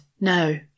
no